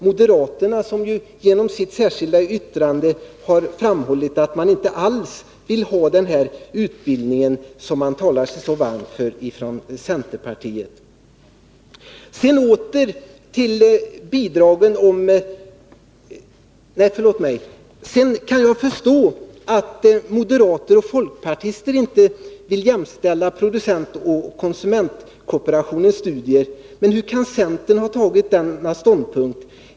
Moderaterna har ju genom sitt särskilda yttrande framhållit att deinte alls vill ge något bidrag till den utbildning som man från centerpartiets sida talar så varmt för. Jag kan förstå att moderater och folkpartister inte vill jämställa producentoch konsumentkooperationen när det gäller studier. Men hur kan centern ha tagit denna ståndpunkt?